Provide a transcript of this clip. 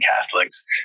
Catholics